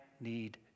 need